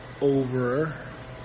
over